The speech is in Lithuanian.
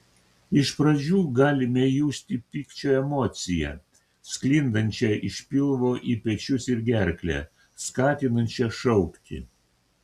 iš pradžių galime justi pykčio emociją sklindančią iš pilvo į pečius ir gerklę skatinančią šaukti